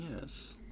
yes